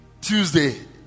Tuesday